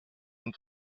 und